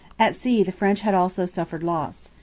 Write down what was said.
at sea the french had also suffered loss.